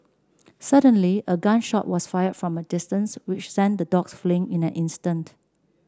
suddenly a gun shot was fire from a distance which sent the dogs fleeing in an instant